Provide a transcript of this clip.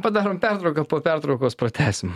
padarom pertrauką po pertraukos pratęsim